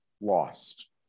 lost